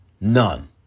None